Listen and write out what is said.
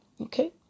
Okay